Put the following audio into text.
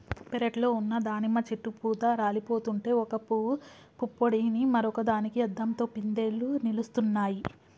పెరట్లో ఉన్న దానిమ్మ చెట్టు పూత రాలిపోతుంటే ఒక పూవు పుప్పొడిని మరొక దానికి అద్దంతో పిందెలు నిలుస్తున్నాయి